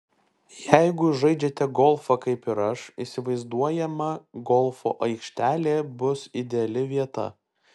jeigu žaidžiate golfą kaip ir aš įsivaizduojama golfo aikštelė bus ideali vieta